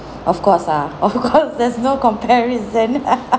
of course lah of course there's no comparison